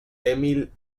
emil